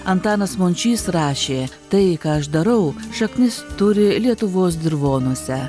antanas mončys rašė tai ką aš darau šaknis turi lietuvos dirvonuose